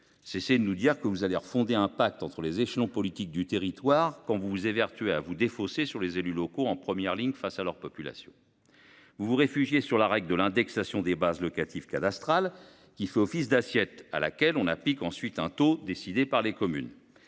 Cessez de nous dire que vous allez refonder un pacte entre les échelons politiques du territoire quand vous vous évertuez à vous défausser sur les élus locaux, qui sont en première ligne face à leur population. Vous vous réfugiez derrière la règle de l’indexation des bases locatives cadastrales, qui font office d’assiettes, auxquelles on applique ensuite un taux décidé par les communes.